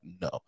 no